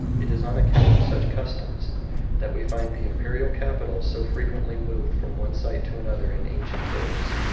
it is on account of such customs that we find the imperial capitals so frequently removed from one site to another in ancient days.